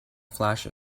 flash